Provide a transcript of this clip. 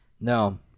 No